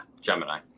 Gemini